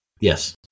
Yes